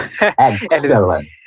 Excellent